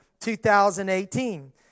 2018